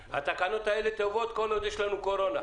התקנות האלה טובות כל עוד יש לנו קורונה.